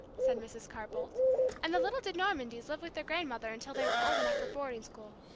said mrs. carr-boldt and the little de normandys lived with their grandmother until they were old enough for boarding school.